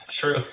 true